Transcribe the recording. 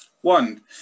One